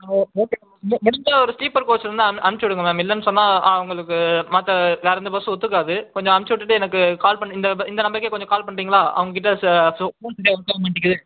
okay முடி முடிஞ்சால் ஒரு ஸ்லீப்பர் கோச் இருந்தால் அனு அனுப்பிச்சிவிடுங்க மேம் இல்லைன்னு சொன்னால் அவங்களுக்கு மற்ற வேற எந்த பஸ்ஸும் ஒத்துக்காது கொஞ்சம் அனுப்ச்சிவிட்டுட்டு எனக்கு கால் பண் இந்த ப இந்த நம்பருக்கே கொஞ்சம் கால் பண்ணுறீங்களா அவங்ககிட்ட செ ஸோ ஃபோன் சரியா ஒர்க் ஆக மாட்டேங்கிது